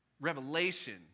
revelation